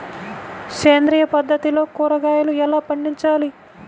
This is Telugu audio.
సేంద్రియ పద్ధతిలో కూరగాయలు ఎలా పండించాలి?